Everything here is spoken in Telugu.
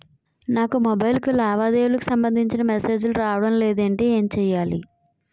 నాకు మొబైల్ కు లావాదేవీలకు సంబందించిన మేసేజిలు రావడం లేదు ఏంటి చేయాలి?